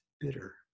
bitter